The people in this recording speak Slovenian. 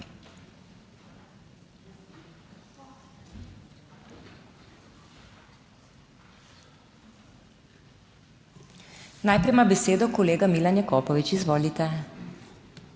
Najprej ima besedo kolega Milan Jakopovič, izvolite.